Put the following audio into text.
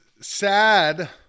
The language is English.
sad